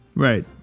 Right